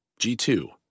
G2